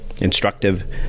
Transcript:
instructive